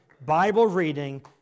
Bible-reading